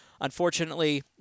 Unfortunately